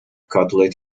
cutlet